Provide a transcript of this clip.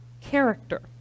character